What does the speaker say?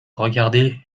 regardez